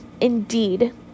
indeed